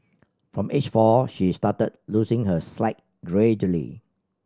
from age four she started losing her slight gradually